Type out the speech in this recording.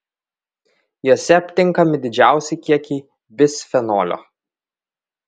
jose aptinkami didžiausi kiekiai bisfenolio